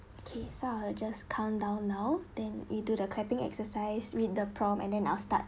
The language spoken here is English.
okay so I will just count down now then we do the clapping exercise read the prompt and then I'll start